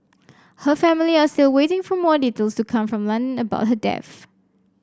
her family are still waiting for more details to come from London about her death